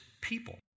people